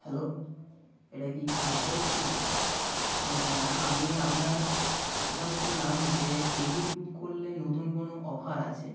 hello এটা কি Khaikhai restaurant হ্যাঁ আমি আপনার ওখানে শুনলাম যে টেবিল বুক করলে নতুন কোনো অফার আছে